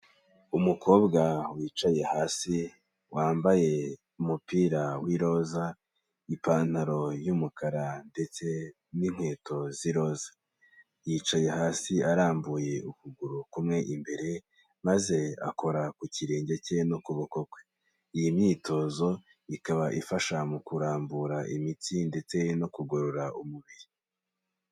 Umukobwa wicaye hasi wambaye umupira w'iroza, ipantaro y'umukara ndetse n'inkweto z'iroza, yicaye hasi arambuye ukuguru kumwe imbere, maze akora ku kirenge cye n'ukuboko kwe, iyi myitozo ikaba ifasha mu kurambura imitsi, ndetse no kugorora umubiri.